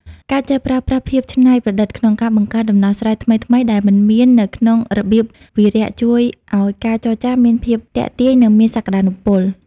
ការចេះប្រើប្រាស់ "ភាពច្នៃប្រឌិត" ក្នុងការបង្កើតដំណោះស្រាយថ្មីៗដែលមិនមាននៅក្នុងរបៀបវារៈ ជួយឱ្យការចរចាមានភាពទាក់ទាញ និងមានសក្ដានុពល។